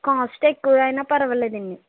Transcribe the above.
cost ఎక్కువ అయినా పర్వాలేదు అండి